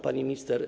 Pani Minister!